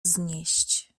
znieść